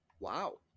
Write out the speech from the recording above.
Wow